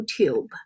YouTube